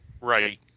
right